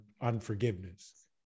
unforgiveness